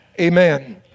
amen